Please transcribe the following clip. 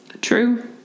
True